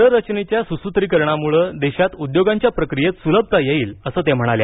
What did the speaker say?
कररचनेच्या सुसूत्रीकरणामुळं देशात उद्योगांच्या प्रक्रियेत सुलभता येईल असं त्या म्हणाल्या